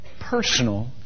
personal